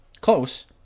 Close